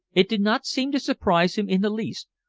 it did not seem to surprise him in the least,